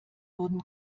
wurden